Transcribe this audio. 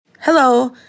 Hello